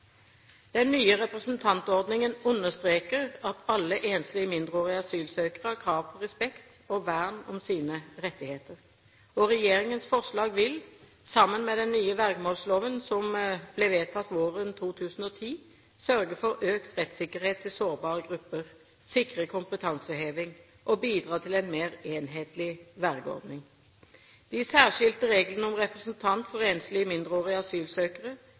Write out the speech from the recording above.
Den nye representantordningen understreker at alle enslige, mindreårige asylsøkere har krav på respekt og vern om sine rettigheter. Regjeringens forslag vil, sammen med den nye vergemålsloven som ble vedtatt våren 2010, sørge for økt rettssikkerhet til sårbare grupper, sikre kompetanseheving og bidra til en mer enhetlig vergeordning. De særskilte reglene om representant for enslige, mindreårige asylsøkere